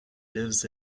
lives